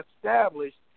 established